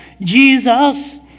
Jesus